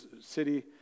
city